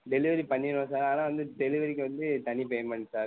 delivery பண்ணிவிடுவேன் sir ஆனால் வந்து டெலிவெரிக்கு வந்து தனி பேமெண்ட் சார்